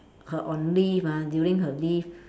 her on leave ah during her leave